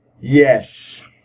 Yes